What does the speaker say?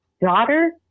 daughter